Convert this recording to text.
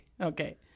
okay